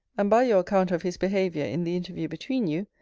and, by your account of his behaviour in the interview between you,